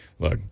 Look